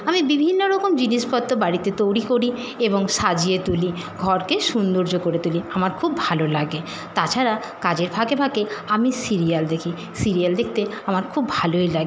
আমি বিভিন্ন রকম জিনিসপত্র বাড়িতে তৈরি করি এবং সাজিয়ে তুলি ঘরকে সুন্দর্য করে তুলি আমার খুব ভালো লাগে তাছাড়া কাজের ফাঁকে ফাঁকে আমি সিরিয়াল দেখি সিরিয়াল দেখতে আমার খুব ভালোই লাগে